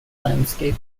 landscape